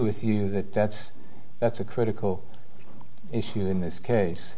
with you that that's that's a critical issue in this case